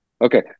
Okay